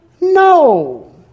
No